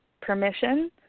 permission